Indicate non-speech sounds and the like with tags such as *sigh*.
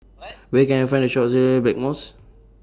*noise* Where Can I Find The Shop sells Blackmores